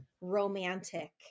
romantic